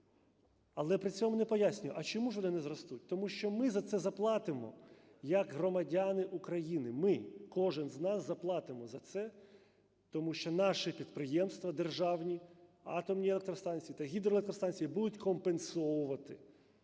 Але при цьому не пояснює, а чому ж вони не зростуть? Тому що ми за це заплатимо як громадяни України, ми, кожен з нас заплатимо за це, тому що наші підприємства державні: атомні електростанції та гідроелектростанції будуть компенсовувати